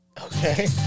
Okay